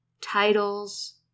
titles